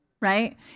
Right